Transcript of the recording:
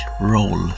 Roll